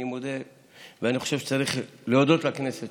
ואני חושב שצריך להודות לכנסת